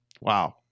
Wow